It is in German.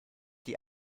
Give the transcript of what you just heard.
die